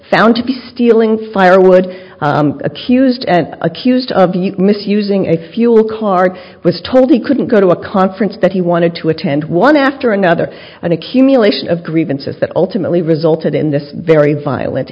found to be stealing firewood accused accused of misusing a fuel car was told he couldn't go to a conference that he wanted to attend one after another an accumulation of grievances that ultimately resulted in this very violent